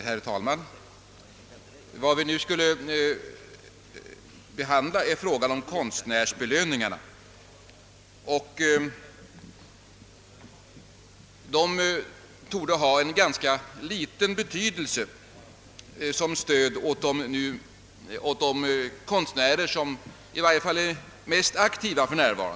Herr talman! Den punkt som nu behandlas gäller konstnärsbelöningarna. Dessa torde ha ganska liten betydelse som stöd åt de konstnärer som för närvarande är mest aktiva.